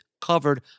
covered